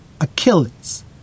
Achilles